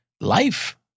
life